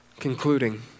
concluding